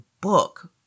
book